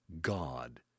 God